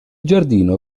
giardino